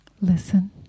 Listen